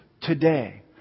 today